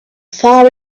far